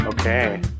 Okay